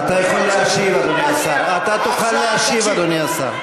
אתה יכול להשיב, אדוני השר.